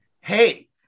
Hey